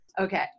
Okay